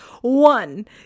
One